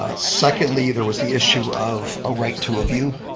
ah secondly, there was the issue of a right to a view.